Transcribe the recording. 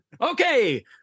okay